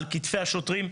על כתפי השוטרים,